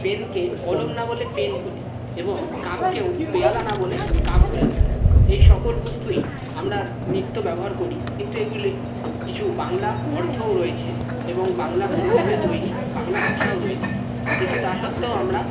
পেনকে কলম না বলে পেন বলি এবং কাপকেও পেয়ালা না বলে কাপ বলে থাকি এই সকল বস্তুই আমরা নিত্য ব্যবহার করি কিন্তু এগুলি কিছু বাংলা অর্থও রয়েছে এবং বাংলা মনোভাবে তৈরি বাংলা ভাষাও রয়েছে কিন্তু তা সত্ত্বেও আমরা